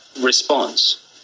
response